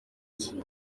iki